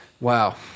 Wow